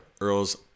Earl's